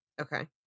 Okay